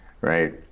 right